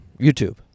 YouTube